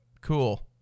cool